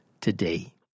today